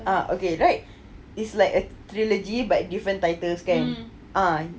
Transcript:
ah okay right it's like a trilogy but different titles kan